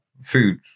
food